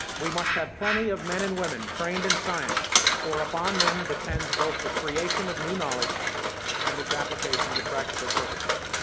we must have plenty of men and women trained in science, for upon them depends both the creation of new knowledge and its application to practical purposes.